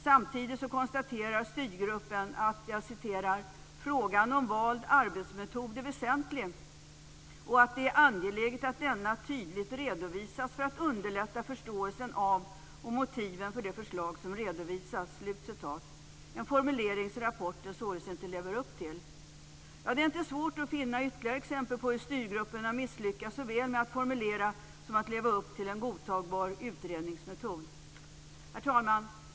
Samtidigt konstaterar styrgruppen: "Frågan om vald arbetsmetod är väsentlig och det är angeläget att denna tydligt redovisas för att underlätta förståelsen av och motiven för det förslag som redovisas." - en formulering som rapporten således inte lever upp till. Det är inte svårt att finna ytterligare exempel på hur styrgruppen har misslyckats såväl med att formulera som med att leva upp till en godtagbar utredningsmetod. Herr talman!